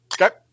Okay